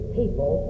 people